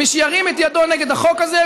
מי שירים את ידו נגד החוק הזה,